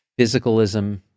physicalism